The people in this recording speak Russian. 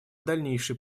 дальнейший